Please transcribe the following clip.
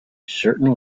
certain